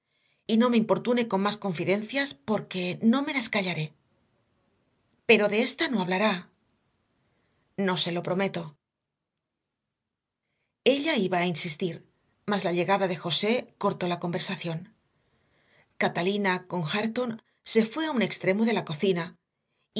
pero no me importa